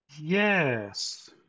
Yes